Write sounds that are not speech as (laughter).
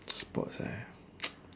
sports ah (noise)